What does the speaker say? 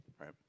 right